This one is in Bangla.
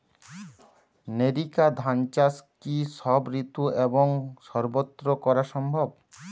নেরিকা ধান চাষ কি সব ঋতু এবং সবত্র করা সম্ভব?